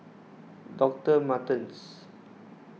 Doctor Martens